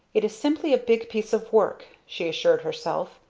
it is simply a big piece of work, she assured herself,